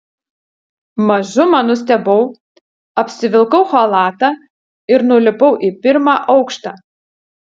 mažumą nustebau apsivilkau chalatą ir nulipau į pirmą aukštą